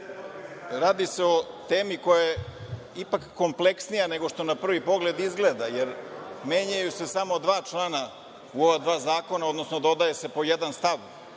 radi se o temi koja je ipak kompleksnija nego što na prvi pogled izgleda, jer menjaju se samo dva člana u ova dva zakona, odnosno dodaje se po jedan stav